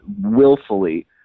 willfully